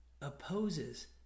opposes